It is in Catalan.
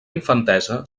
infantesa